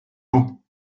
eau